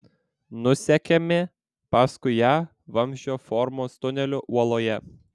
nusekėme paskui ją vamzdžio formos tuneliu uoloje